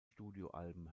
studioalben